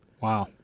Wow